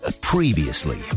Previously